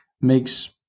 Makes